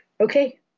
Okay